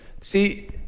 See